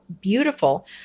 beautiful